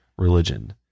religion